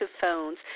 phones